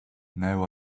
now